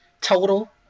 total